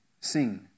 Sing